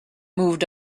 moved